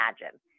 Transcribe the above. imagine